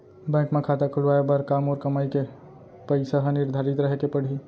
Bank म खाता खुलवाये बर का मोर कमाई के पइसा ह निर्धारित रहे के पड़ही?